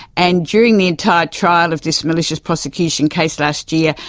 and during the entire trial of this malicious prosecution case last year,